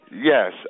Yes